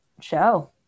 show